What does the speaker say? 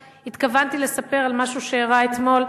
התכוונתי לספר על משהו שאירע אתמול.